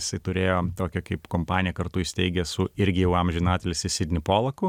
jisai turėjo tokią kaip kompaniją kartu įsteigęs su irgi jau amžiną atilsį sidni polaku